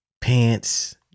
pants